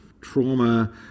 trauma